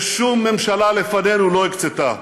ששום ממשלה לפנינו לא הקצתה.